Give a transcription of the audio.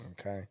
okay